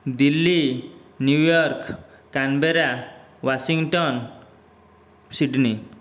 Delhi New York Canberra Washington Sydney